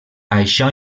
això